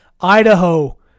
Idaho